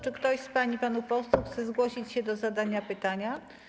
Czy ktoś z pań i panów posłów chce zgłosić się do zadania pytania?